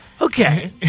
Okay